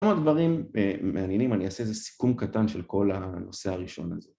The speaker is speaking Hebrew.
כמה דברים מעניינים, אני אעשה איזה סיכום קטן של כל הנושא הראשון הזה